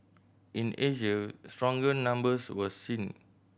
in Asia stronger numbers were seen